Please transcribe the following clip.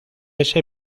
ese